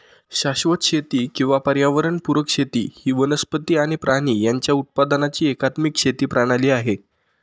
शाश्वत शेती किंवा पर्यावरण पुरक शेती ही वनस्पती आणि प्राणी यांच्या उत्पादनाची एकात्मिक शेती प्रणाली आहे